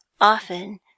often